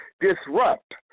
disrupt